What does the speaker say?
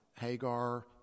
Hagar